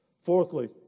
Fourthly